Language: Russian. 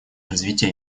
развития